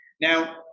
Now